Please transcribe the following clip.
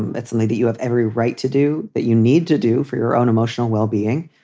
um it's only that you have every right to do that you need to do for your own emotional well-being.